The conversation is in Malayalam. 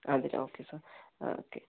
അതെ ഓക്കെ സാർ ഓക്കെ